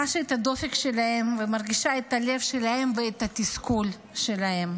חשה את הדופק שלהם ומרגישה את הלב שלהם ואת התסכול שלהם.